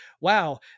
wow